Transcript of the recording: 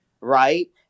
right